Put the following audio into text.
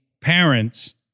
parents